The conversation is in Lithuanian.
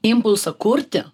impulsą kurti